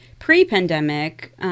Pre-pandemic